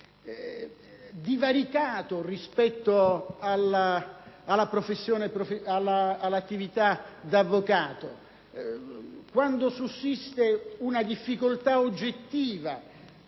divaricato rispetto all'attività dell'avvocato, quando sussiste una difficoltà oggettiva